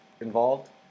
involved